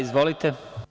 Izvolite.